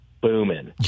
booming